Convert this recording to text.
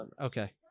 Okay